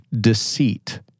deceit